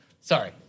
Sorry